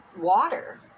water